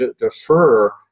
defer